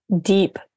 deep